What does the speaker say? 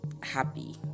happy